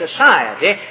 society